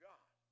God